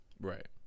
right